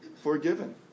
forgiven